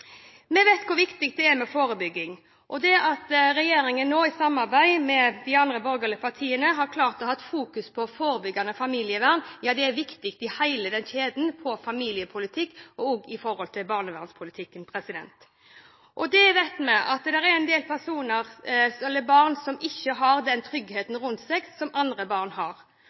Vi vet hvor viktig det er med forebygging. Det at regjeringen nå, i samarbeid med de andre borgerlige partiene, har klart å fokusere på forebyggende familievern, er viktig i hele kjeden av familiepolitikk, også i barnevernspolitikken. Vi vet at det er en del barn som ikke har den tryggheten rundt seg som andre barn har.